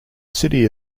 city